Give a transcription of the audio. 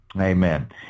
Amen